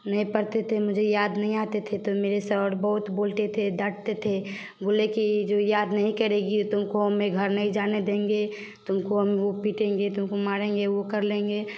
नहीं पड़ते थे मुझे याद नहीं आते थे तो मेरे सड़ बहुत बोलते थे डाँटते थे बोले कि जो याद नहीं करेगी तुमको हमें घर नहीं जाने देंगे तुमको हम वो पीटेंगे तुमको मारेंगे वो कर लेंगे